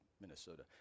Minnesota